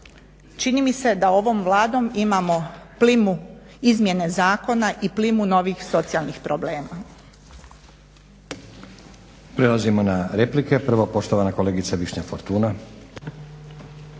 Čini mi se da ovom Vladom imamo plinu izmjena zakona i plimu novih socijalnih problema.